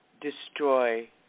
destroy